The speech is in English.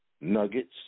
Nuggets